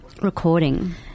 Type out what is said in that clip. recording